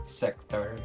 sector